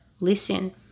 listen